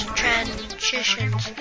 transitions